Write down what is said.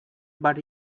but